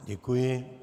Děkuji.